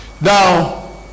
now